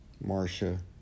Marcia